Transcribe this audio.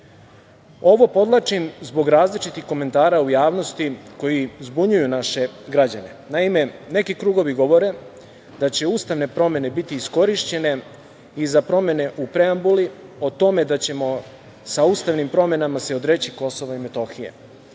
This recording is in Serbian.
Ovo podvlačim zbog različitih komentara u javnosti koji zbunjuju naše građane. Naime, neki krugovi govore da će ustavne promene biti iskorišćene i za promene u preambuli, o tome da ćemo sa ustavnim promenama se odreći KiM.